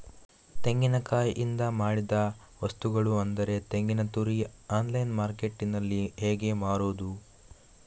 ತೆಂಗಿನಕಾಯಿಯಿಂದ ಮಾಡಿದ ವಸ್ತುಗಳು ಅಂದರೆ ತೆಂಗಿನತುರಿ ಆನ್ಲೈನ್ ಮಾರ್ಕೆಟ್ಟಿನಲ್ಲಿ ಹೇಗೆ ಮಾರುದು?